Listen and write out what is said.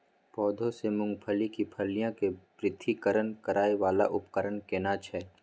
पौधों से मूंगफली की फलियां के पृथक्करण करय वाला उपकरण केना छै?